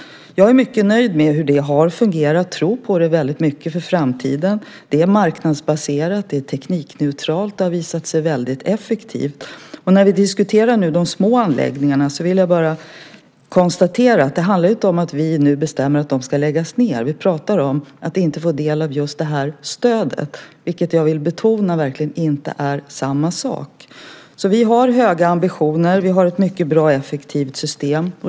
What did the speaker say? Jag är mycket nöjd med hur det har fungerat, och jag tror mycket på det för framtiden. Det är marknadsbaserat. Det är teknikneutralt. Det har visat sig vara effektivt. När vi diskuterar de små anläggningarna vill jag konstatera att det inte handlar om att vi nu bestämmer att de ska läggas ned. Vi pratar om att inte få del av stödet, vilket jag vill betona inte är samma sak. Vi har höga ambitioner. Vi har ett bra och effektivt system.